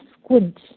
squint